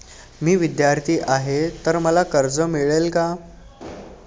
मी विद्यार्थी आहे तर मला कर्ज मिळेल का?